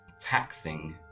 taxing